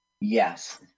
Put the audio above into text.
yes